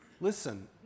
Listen